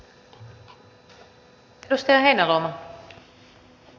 arvoisa puhemies